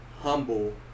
humble